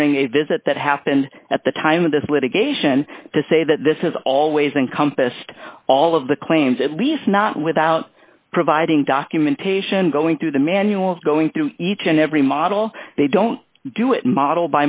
during a visit that happened at the time of this litigation to say that this is always encompassed all of the claims at least not without providing documentation going through the manuals going through each and every model they don't do it model